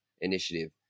initiative